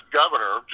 governor